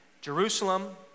Jerusalem